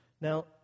Now